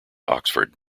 oxford